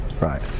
right